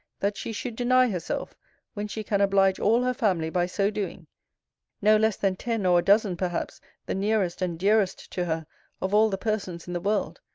that she should deny herself when she can oblige all her family by so doing no less than ten or a dozen perhaps the nearest and dearest to her of all the persons in the world,